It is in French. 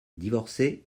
divorcé